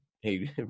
hey